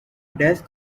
desk